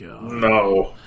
No